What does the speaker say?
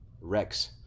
Rex